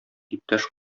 иптәш